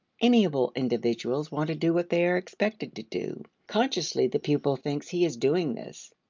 amiable individuals want to do what they are expected to do. consciously the pupil thinks he is doing this.